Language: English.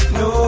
no